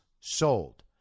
sold